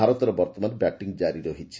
ଭାରତର ବର୍ଭମାନ ବ୍ୟାଟିଂ ଜାରି ରହିଛି